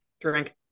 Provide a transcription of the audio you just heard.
Drink